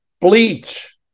bleach